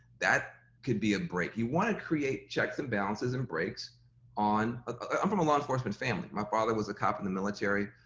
that could be a break. you wanna create checks and balances and breaks on, i'm from a law enforcement family. my father was a cop in the military.